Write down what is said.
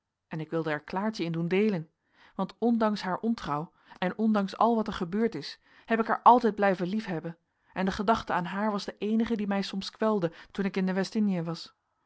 en ik wilde er klaartje in doen deelen want ondanks haar ontrouw en ondanks al wat er gebeurd is heb ik haar altijd blijven liefhebben en de gedachte aan haar was de eenige die mij soms kwelde toen ik in de west indien was